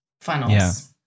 funnels